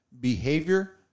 behavior